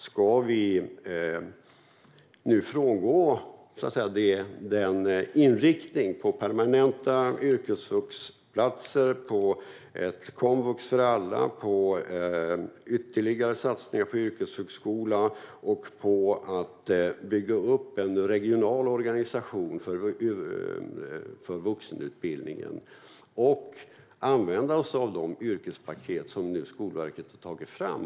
Ska vi nu frångå inriktningen på permanenta yrkesvuxplatser, komvux för alla, ytterligare satsningar på yrkeshögskola och uppbyggnad av en regional organisation för vuxenutbildningen? Ska vi inte använda oss av de yrkespaket som Skolverket har tagit fram?